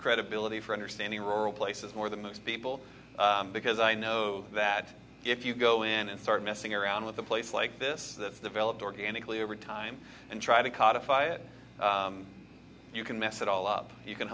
credibility for understanding rural places more than most people because i know that if you go in and start messing around with a place like this developed organically over time and try to codified you can mess it all up you can